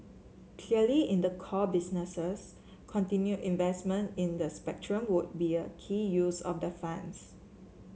clearly in the core businesses continue investment in spectrum would be a key use of the funds